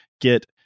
get